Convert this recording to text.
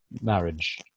Marriage